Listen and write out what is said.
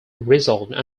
resolved